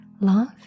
Love